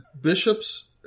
bishops